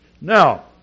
Now